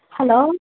hello